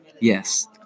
Yes